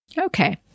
Okay